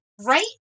Right